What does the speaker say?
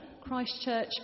Christchurch